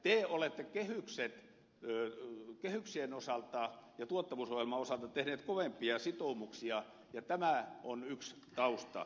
te olette kehyksien osalta ja tuottavuusohjelman osalta tehnyt kovempia sitoumuksia ja tämä on yksi tausta